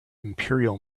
imperial